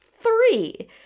three